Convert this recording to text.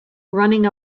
running